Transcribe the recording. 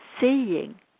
seeing